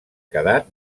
quedat